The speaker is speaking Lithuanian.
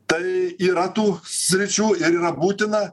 tai yra tų sričių ir yra būtina